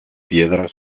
piedras